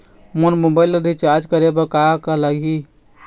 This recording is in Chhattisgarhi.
मोर मोबाइल ला रिचार्ज करे बर का का लगही?